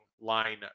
line